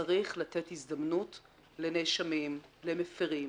צריך לתת הזדמנות לנאשמים, למפירים